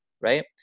Right